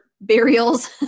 burials